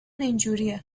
اینجوریه